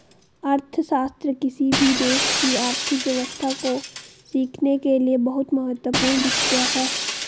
अर्थशास्त्र किसी भी देश की आर्थिक व्यवस्था को सीखने के लिए बहुत महत्वपूर्ण विषय हैं